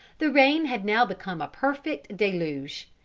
the rain had now become a perfect deluge.